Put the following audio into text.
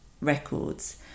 records